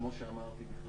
כמו שאמרתי,